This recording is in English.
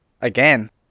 Again